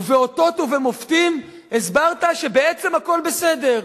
ובאותות ובמופתים הסברת שבעצם הכול בסדר: